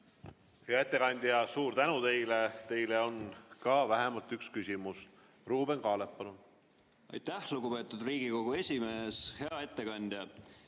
Hea ettekandja, suur tänu teile! Teile on ka vähemalt üks küsimus. Ruuben Kaalep, palun! Aitäh, lugupeetud Riigikogu esimees! Hea ettekandja!